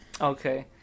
Okay